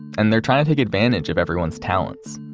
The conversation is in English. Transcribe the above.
and they're trying to take advantage of everyone's talents.